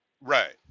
Right